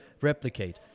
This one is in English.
replicate